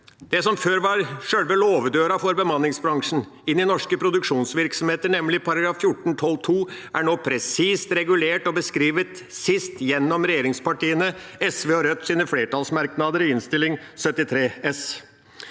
Det som før var sjølve låvedøra for bemanningsbransjen inn i norske produksjonsvirksomheter, nemlig § 14-12 andre ledd, er nå presist regulert og beskrevet, sist gjennom regjeringspartiene, SV og Rødts flertallsmerknader i Innst. 73